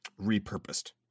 repurposed